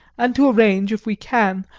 and to arrange, if we can,